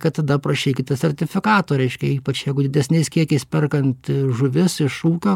kad tada prašykite sertifikato reiškia ypač jeigu didesniais kiekiais perkant žuvis iš ūkio